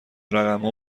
رقمها